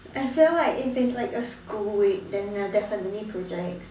I feel like if it's like a school week then ya definitely projects